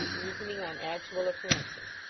reasoning on actual occurrences.